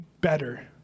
better